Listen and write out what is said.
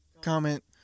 comment